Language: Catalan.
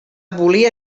volia